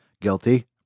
guilty